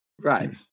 Right